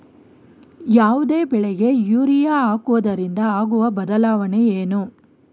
ಯಾವುದೇ ಬೆಳೆಗೆ ಯೂರಿಯಾ ಹಾಕುವುದರಿಂದ ಆಗುವ ಬದಲಾವಣೆ ಏನು?